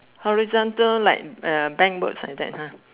horizontal like uh bank words like that ha